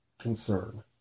concern